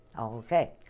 Okay